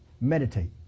Meditate